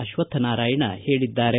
ಅಶ್ವಕ್ವನಾರಾಯಣ ಹೇಳಿದ್ದಾರೆ